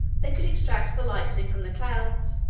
they could extract the lightning from the clouds,